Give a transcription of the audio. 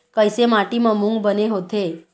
कइसे माटी म मूंग बने होथे?